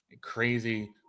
crazy